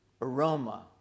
aroma